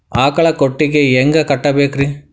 ಆಕಳ ಕೊಟ್ಟಿಗಿ ಹ್ಯಾಂಗ್ ಕಟ್ಟಬೇಕ್ರಿ?